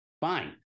Fine